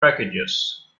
packages